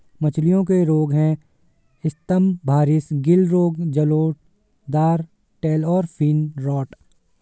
मछलियों के रोग हैं स्तम्भारिस, गिल रोग, जलोदर, टेल और फिन रॉट